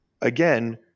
Again